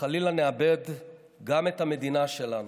וחלילה נאבד גם את המדינה שלנו.